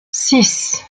six